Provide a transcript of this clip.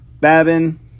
Babin